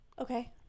okay